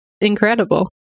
incredible